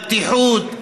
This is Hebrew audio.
לפתיחות,